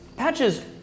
Patches